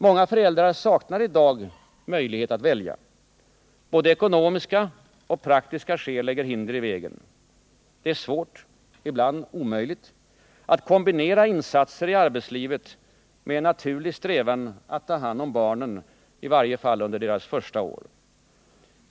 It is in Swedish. Många föräldrar saknar i dag möjlighet att välja. Både ekonomiska och praktiska skäl lägger hinder i vägen. Det är svårt — ibland omöjligt — att kombinera insatser i arbetslivet med en naturlig strävan att ta hand om barnen, i varje fall under deras första år.